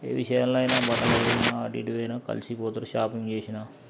ఏది చేయాలన్నా అటు ఇటు పోయిన కలిసి పోతారు షాపింగ్ చేసినా